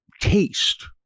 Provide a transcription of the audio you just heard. taste